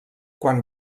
quan